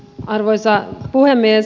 arvoisa puhemies